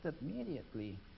immediately